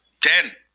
ten